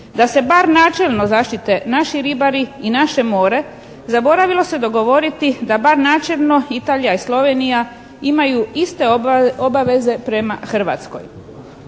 Da se bar načelno zaštite naši ribari i naše more. Zaboravilo se dogovoriti da bar načelno Italija i Slovenija imaju iste obaveze prema Hrvatskoj.